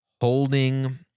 holding